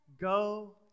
Go